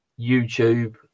youtube